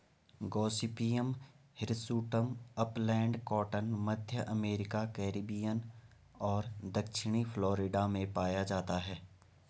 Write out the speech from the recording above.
Gossypium hirsutum upland cotton, मध्य America, Caribbean और दक्षिणी फ्लोरिडा में पाया जाता है